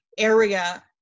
area